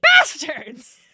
bastards